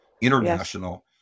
international